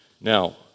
Now